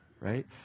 right